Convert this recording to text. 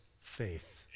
faith